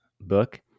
book